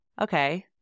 Okay